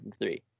three